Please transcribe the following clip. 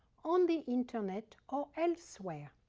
on the internet or elsewhere.